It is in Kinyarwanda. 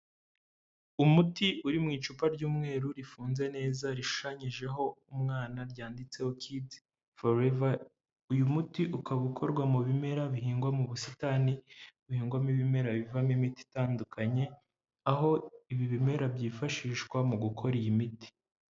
Umuti uri mu icupa ry'umweru rifunze neza, rishushanyijeho umwana, ryanditseho kidi foreva, uyu muti ukaba ukorwa mu bimera bihingwa mu busitani buhingwamo ibimera bivamo imiti itandukanye, aho ibi bimera byifashishwa mu gukora iyi miti.